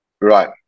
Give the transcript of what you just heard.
Right